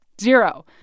Zero